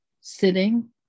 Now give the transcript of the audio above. sitting